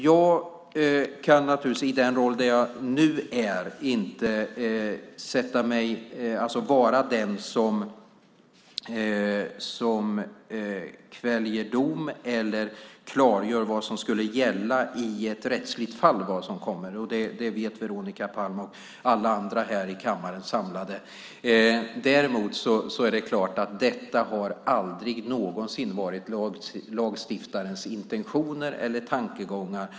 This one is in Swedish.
Jag kan i den roll jag nu har naturligtvis inte vara den som kväljer dom eller klargör vad som skulle komma att gälla i ett rättsligt fall. Det vet Veronica Palm och alla andra som är samlade här i kammaren. Däremot är det klart att detta aldrig någonsin har varit lagstiftarens intentioner eller tankegångar.